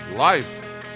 Life